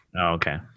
Okay